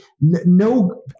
No